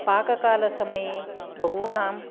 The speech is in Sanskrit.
पाककालसमये बहूनां